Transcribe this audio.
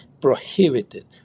prohibited